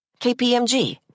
KPMG